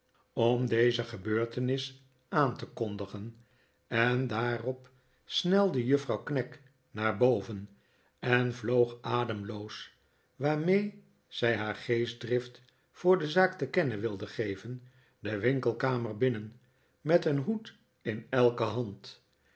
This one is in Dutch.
om deze gebeurtenis aan te kondigen en daarop snelde juffrouw knag naar boven en vloog ademloos waarmee zij haar geestdrift voor de zaak te kennen wilde geven de winkelkamer binnen met een hoed in elke hand